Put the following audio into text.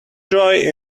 joy